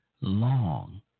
long